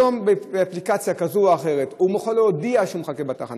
היום באפליקציה כזאת או אחרת הוא יכול להודיע שהוא מחכה בתחנה,